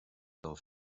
del